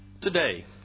Today